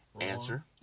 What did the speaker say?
Answer